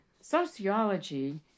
Sociology